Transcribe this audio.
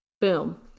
boom